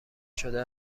شده